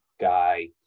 guy